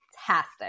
Fantastic